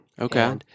Okay